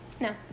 No